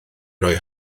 roi